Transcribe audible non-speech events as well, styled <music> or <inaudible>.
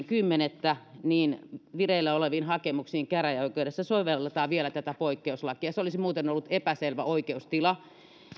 <unintelligible> kymmenettä niin vireillä oleviin hakemuksiin käräjäoikeudessa sovelletaan vielä tätä poikkeuslakia se olisi muuten ollut epäselvä oikeustila